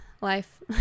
life